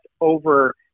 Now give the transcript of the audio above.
over